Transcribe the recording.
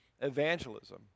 evangelism